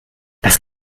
das